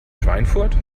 schweinfurt